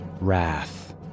Wrath